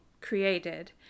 created